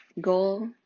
goal